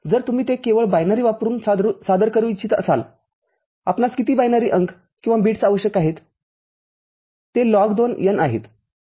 जर तुम्ही ते केवळ बायनरी वापरून सादर करू इच्छित असाल आपणास किती बायनरी अंक किंवा बिट्स आवश्यक आहेतते आहेत ठीक आहे